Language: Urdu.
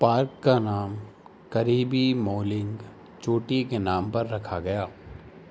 پارک کا نام قریبی مولنگ چوٹی کے نام پر رکھا گیا